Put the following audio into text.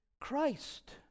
Christ